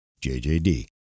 JJD